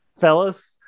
fellas